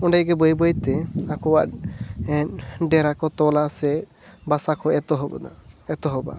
ᱚᱸᱰᱮ ᱜᱮ ᱵᱟᱹᱭ ᱵᱟᱹᱭᱛᱮ ᱟᱠᱚᱣᱟᱜ ᱟᱠᱚᱣᱟᱜ ᱰᱮᱨᱟ ᱠᱚ ᱛᱚᱞᱟ ᱥᱮ ᱵᱟᱥᱟ ᱠᱚ ᱮᱛᱚᱦᱚᱵ ᱮᱛᱚᱦᱚᱵᱼᱟ